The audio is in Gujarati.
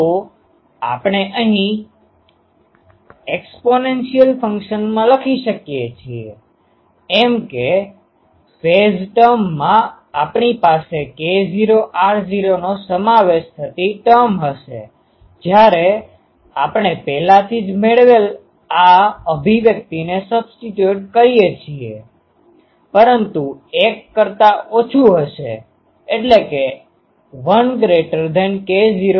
તો આપણે અહીં એક્સ્પોનેન્શીઅલ ફંક્શનમાં લખી શકીએ છીએએમ કે ફેઝ ટર્મમાં આપણી પાસે k0 r0 નો સમાવેશ થતી ટર્મ હશે જ્યારે આપણે પહેલાથી જ મેળવેલ આ અભિવ્યક્તિને સબસ્ટોટ્યુટ કરીએ છીએ પરંતુ 1 k0 r0 1 કરતા ઓછું હશે